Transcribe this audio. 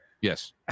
yes